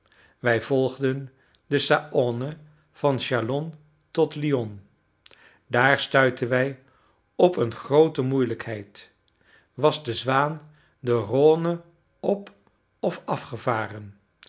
wij volgden de saône van châlon tot lyon daar stuitten wij op eene groote moeilijkheid was de zwaan de rhône op of afgevaren